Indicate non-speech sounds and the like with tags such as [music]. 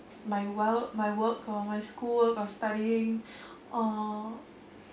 my wealth my work or my schoolwork or studying [breath] or